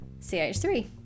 CH3